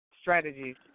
strategies